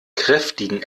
kräftigen